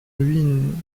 ruines